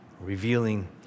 revealing